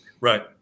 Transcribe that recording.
Right